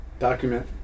document